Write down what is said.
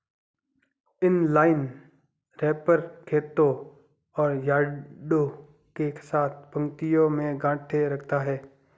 inline wrapper खेतों और यार्डों के साथ पंक्तियों में गांठें रखता है